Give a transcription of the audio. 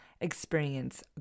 experience